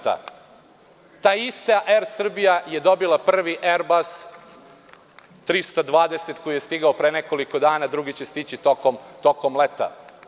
Ta ista „Er Srbija“ je dobila prvi „Erbas 320“, koji je stigao pre nekoliko dana, a drugi će stići tokom leta.